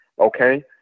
Okay